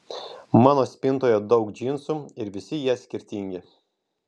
mano spintoje daug džinsų ir visi jie skirtingi